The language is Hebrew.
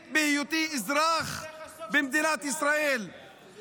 בהיותי אזרח במדינת ישראל -- נסדר לך סוף שבוע בעזה.